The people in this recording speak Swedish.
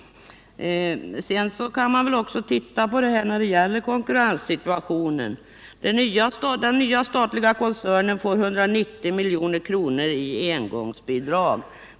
Man kan också titta på konkurrenssituationen. Den nya statliga koncernen får 190 milj.kr. i engångsbidrag.